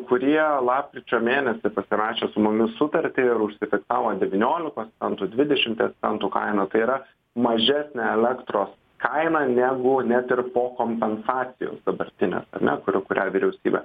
kurie lapkričio mėnesį pasirašė su mumis sutartį ir užsifiksavo devyniolikos centų ant tų dvidešimties centų kainą tai yra mažesnę elektros kainą negu net ir po kompensacijos dabartinės ar ne kurią kurią vyriausybė